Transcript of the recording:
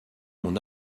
mon